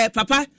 Papa